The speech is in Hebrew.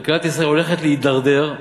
כלכלת ישראל הולכת להידרדר.